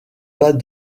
pas